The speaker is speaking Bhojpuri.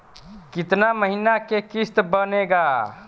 कितना महीना के किस्त बनेगा?